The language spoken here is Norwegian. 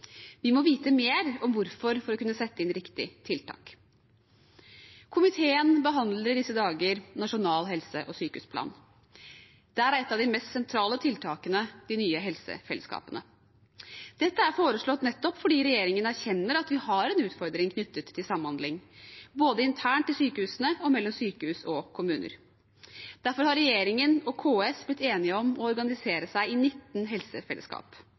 Vi må vite mer om hvorfor for å kunne sette inn riktig tiltak. Komiteen behandler i disse dager Nasjonal helse- og sykehusplan. Det er et av de mest sentrale tiltakene i de nye helsefellesskapene. Dette er foreslått nettopp fordi regjeringen erkjenner at vi har en utfordring knyttet til samhandling både internt i sykehusene og mellom sykehus og kommuner. Derfor har regjeringen og KS blitt enige om å organisere seg i 19 helsefellesskap.